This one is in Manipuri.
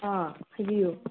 ꯑꯥ ꯍꯥꯏꯕꯨꯌꯨ